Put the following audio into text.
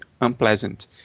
unpleasant